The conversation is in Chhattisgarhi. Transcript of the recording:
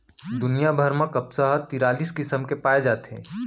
दुनिया भर म कपसा ह तिरालिस किसम के पाए जाथे